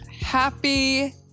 Happy